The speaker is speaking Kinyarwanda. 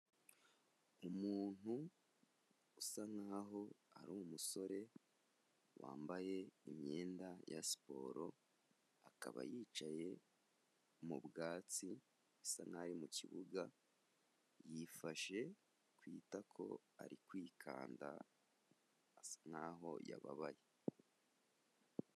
Umuntu usa nkaho ari umusore wambaye imyenda ya siporo akaba yicaye mu bwatsi bisa nkaho ari mu kibuga, yifashe ku itako ari kwikanda asa naho yababaye.